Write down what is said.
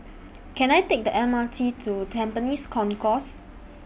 Can I Take The M R T to Tampines Concourse